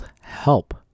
help